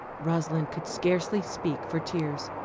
rosalind could scarcely speak for tears.